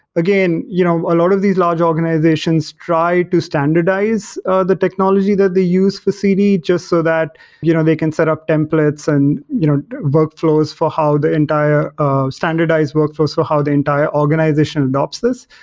again you know a lot of these large organizations try to standardize ah the technology that they use for cd, just so that you know they can set up templates and you know workflows for how the entire ah standardized workforce, or how the entire organization adopts this.